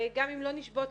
וגם אם לא נשבות,